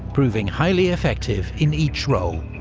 proving highly effective in each role.